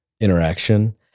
interaction